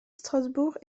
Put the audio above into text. strasbourg